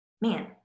man